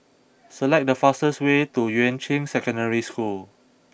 select the fastest way to Yuan Ching Secondary School